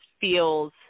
feels